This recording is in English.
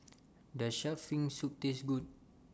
Does Shark's Fin Soup Taste Good